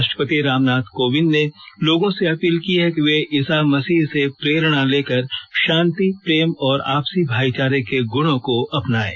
राष्ट्रपति रामनाथ कोविंद ने लोगों से अपील की है कि वे ईसा मसीह से प्रेरणा लेकर शांति प्रेम और आपसी भाई चारे के गुणों को अपनाएं